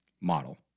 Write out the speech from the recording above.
model